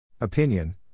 Opinion